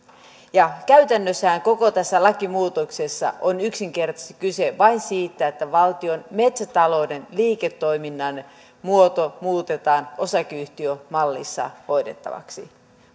käytännössähän koko tässä lakimuutoksessa on yksinkertaisesti kyse vain siitä että valtion metsätalouden liiketoiminnan muoto muutetaan osakeyhtiömallissa hoidettavaksi